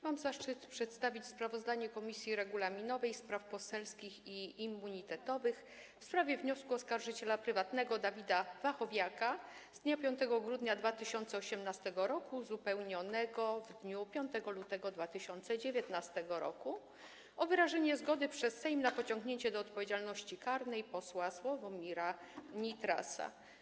Mam zaszczyt przedstawić sprawozdanie Komisji Regulaminowej, Spraw Poselskich i Immunitetowych w sprawie wniosku oskarżyciela prywatnego Dawida Wachowiaka z dnia 5 grudnia 2018 r., uzupełnionego w dniu 5 lutego 2019 r., o wyrażenie zgody przez Sejm na pociągnięcie do odpowiedzialności karnej posła Sławomira Nitrasa.